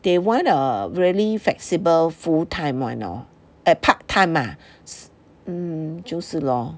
they want a really flexible full time [one] lor err part time ah